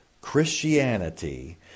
Christianity